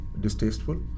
distasteful